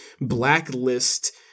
blacklist